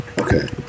okay